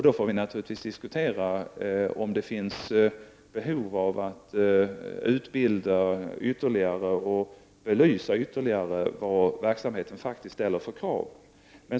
Då får vi naturligtvis diskutera om det finns behov av ytterligare utbildning och belysning av vad verksamheten faktiskt ställer för krav.